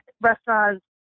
restaurants